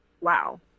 wow